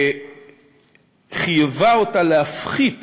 שחייבה אותה להפחית